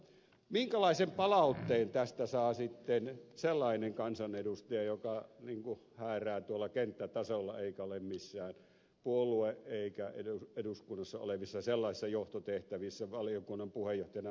minkälaisen palautteen tästä saa sitten sellainen kansanedustaja joka häärää tuolla kenttätasolla eikä ole missään puolue eikä eduskunnassa olevissa sellaisissa johtotehtävissä valiokunnan puheenjohtajana ja muussa sellaisessa